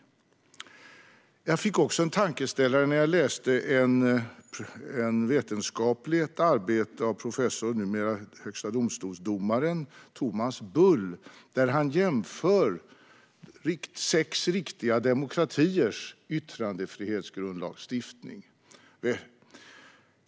Jag fick också en tankeställare när jag läste ett vetenskapligt arbete av professorn och numera högstadomstolsdomaren Thomas Bull, där han jämför sex riktiga demokratiers yttrandefrihetsgrundlagsstiftning.